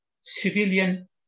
civilian